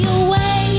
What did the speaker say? away